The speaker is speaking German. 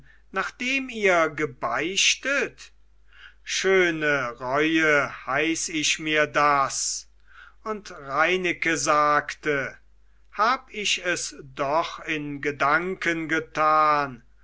nachdem ihr gebeichtet schöne reue heiß ich mir das und reineke sagte hab ich es doch in gedanken getan